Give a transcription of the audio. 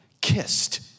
kissed